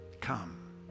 Come